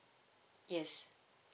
yes